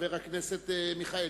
חבר הכנסת מיכאלי.